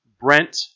Brent